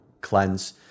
cleanse